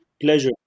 Pleasure